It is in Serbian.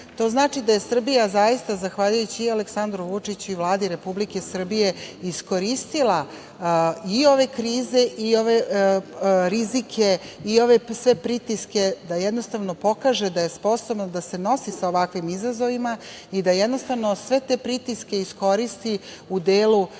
znači da je Srbija zaista zahvaljujući i Aleksandru Vučiću i Vladi Republike Srbije iskoristila i ove krize i ove rizike i sve pritiske da pokaže da je sposobna da se nosi sa ovakvim izazovima i da sve te pritiske iskoristi u delu